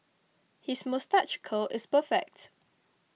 his moustache curl is perfect